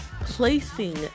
placing